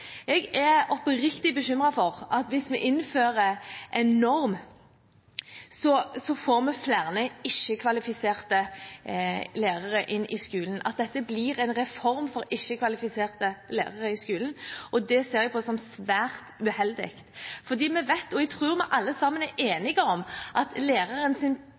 Jeg er oppriktig bekymret for at hvis vi innfører en norm, får vi flere ikke-kvalifiserte lærere inn i skolen – at dette blir en reform for ikke-kvalifiserte lærere i skolen, og det ser jeg på som svært uheldig. For vi vet, og her tror jeg vi alle sammen er enige, at